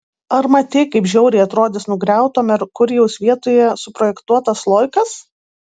ar matei kaip žiauriai atrodys nugriauto merkurijaus vietoje suprojektuotas sloikas